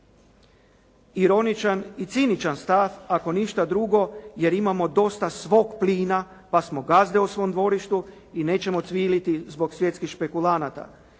Ironičan i ciničan stav, ako ništa drugo, jer imamo dosta svog plina, pa smo gazde u svom dvorištu i nećemo cviliti zbog svjetskih špekulanata.